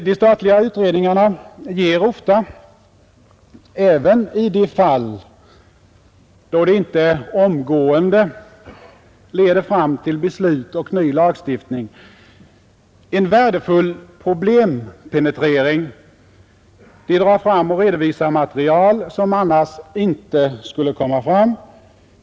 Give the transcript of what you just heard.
De statliga utredningarna ger ofta — även i de fall då de inte omgående leder fram till beslut och ny lagstiftning — en värdefull problempenetrering, de drar fram och redovisar material, som annars inte skulle komma fram.